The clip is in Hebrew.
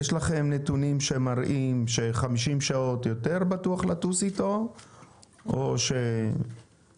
יש לכם נתונים שמראים ש-50 שעות יותר בטוח לטוס איתו או שלא?